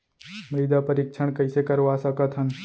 मृदा परीक्षण कइसे करवा सकत हन?